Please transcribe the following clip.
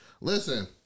Listen